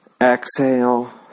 exhale